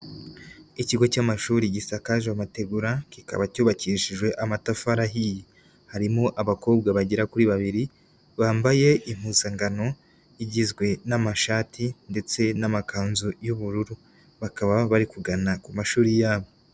Ikigo cy'amashuri gisakaje amategura kikaba cyubakishijwe amatafari ahiye, harimo abakobwa bagera kuri babiri bambaye impuzankano igizwe n'amashati ndetse n'amakanzu y'ubururu bakaba bari kugana ku mashuri yabo.